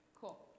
Cool